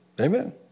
Amen